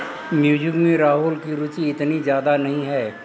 music में राहुल की रुचि इतनी ज्यादा नहीं है